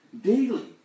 daily